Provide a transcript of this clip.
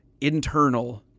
internal